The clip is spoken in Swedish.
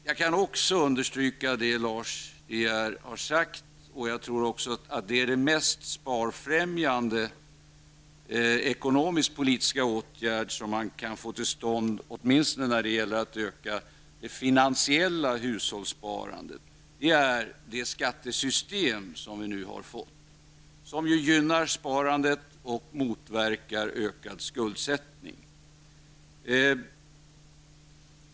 Jag kan också understryka det som Lars de Geer har sagt, nämligen att de mest sparfrämjande ekonomiskt politiska åtgärder som man kan få till stånd, åtminstone när det gäller att öka det finansiella hushållssparandet, är det skattesystem som vi nu har fått. Det gynnar sparande och motverkar ökad skuldsättning.